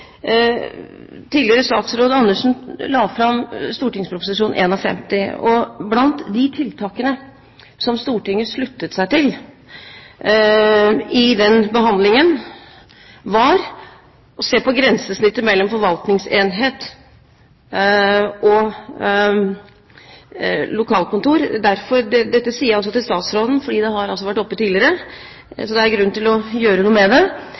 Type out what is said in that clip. Tidligere statsråd Andersen la fram St.prp. nr. 51 for 2008–2009, og blant de tiltakene som Stortinget sluttet seg til i forbindelse med behandlingen, var å se på grensesnittet mellom forvaltningsenhet og lokalkontor. Dette sier jeg til statsråden fordi det har vært oppe tidligere, så det er grunn til å gjøre noe med det.